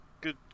good